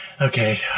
okay